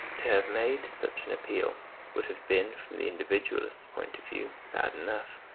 to have made such an appeal would have been from the individualist point of view bad enough,